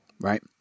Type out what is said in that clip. Right